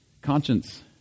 Conscience